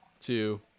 two